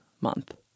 month